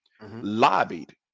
lobbied